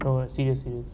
no serious serious